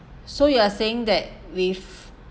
so you are saying that with